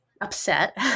upset